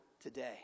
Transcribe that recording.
today